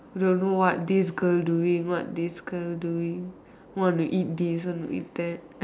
don't know what this girl doing what this girl doing want to eat this want to eat that